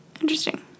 Interesting